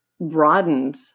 broadened